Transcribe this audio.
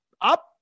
up